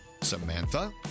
Samantha